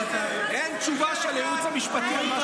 אין תשובה של הייעוץ המשפטי על מה